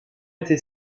été